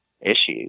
issues